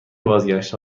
بازگشت